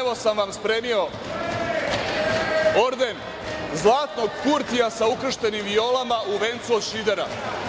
Evo sam vam spremio orden zlatnog Kurtija sa ukrštenim Violama u vencu od Šidera,